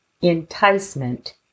enticement